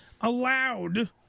allowed